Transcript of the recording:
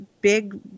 big